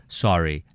sorry